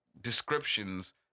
descriptions